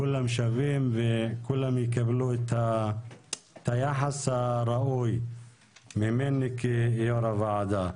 כולם שווים וכולם יקבלו את היחס הראוי ממני כיו"ר הוועדה.